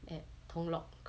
at tung lok